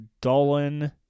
Dolan